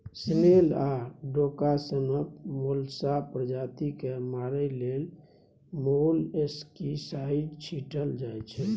snail आ डोका सनक मोलस्का प्रजाति केँ मारय लेल मोलस्कीसाइड छीटल जाइ छै